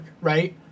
right